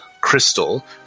crystal